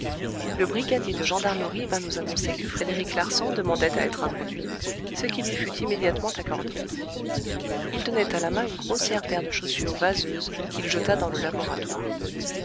le brigadier de gendarmerie vint nous annoncer que frédéric larsan demandait à être introduit ce qui lui fut immédiatement accordé il tenait à la main une grossière paire de chaussures vaseuses qu'il jeta dans le laboratoire